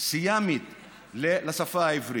סיאמית לשפה העברית.